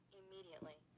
immediately